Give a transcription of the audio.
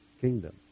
kingdom